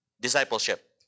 discipleship